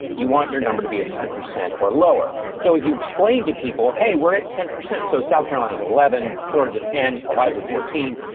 you want your number to be a ten percent or lower. so if you explain to people, hey, we're at ten percent. so south carolina's eleven florins at ten. why is it fourteen?